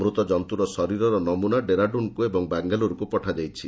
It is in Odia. ମୃତ ଜନ୍ତୁର ଶରୀରର ନମୁନା ଡ଼େହେରାଡୁନ ଏବଂବାଙ୍ଗାଲ୍ୱରୁ ପଠାଯାଇଛି